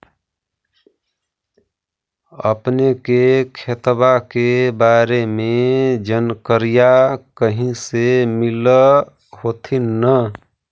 अपने के खेतबा के बारे मे जनकरीया कही से मिल होथिं न?